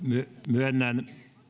myönnän